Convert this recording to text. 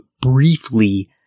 briefly